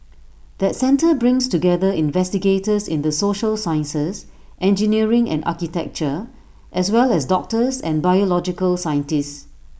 that centre brings together investigators in the social sciences engineering and architecture as well as doctors and biological scientists